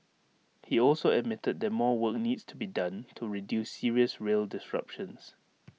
he also admitted that more work needs to be done to reduce serious rail disruptions